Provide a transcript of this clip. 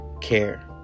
care